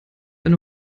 eine